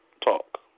talk